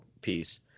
piece